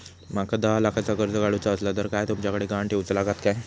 माका दहा लाखाचा कर्ज काढूचा असला तर काय तुमच्याकडे ग्हाण ठेवूचा लागात काय?